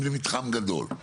אם זה מתחם גדול.